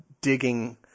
digging